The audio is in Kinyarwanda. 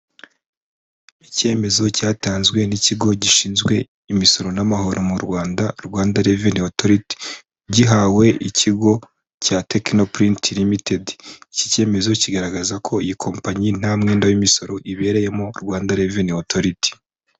Icyemezo cyatanzwe n'ikigo gishinzwe imisoro n'amahoro mu Rwanda, Rwanda reveni otoriti, gihawe ikigo cya tekino purinti limitedi, iki cyemezo kigaragaza ko iyi kompanyi nta mwenda w'imisoro ibereyemo Rwanda reveni otoriti.